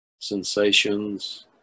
Sensations